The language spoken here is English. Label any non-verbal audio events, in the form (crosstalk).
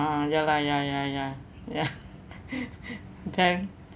ah ya lah ya ya ya ya (laughs) then